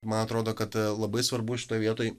man atrodo kad labai svarbu šitoj vietoj